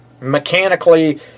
mechanically